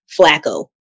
Flacco